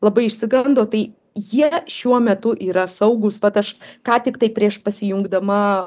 labai išsigando tai jie šiuo metu yra saugūs vat aš ką tiktai prieš pasijungdama